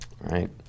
Right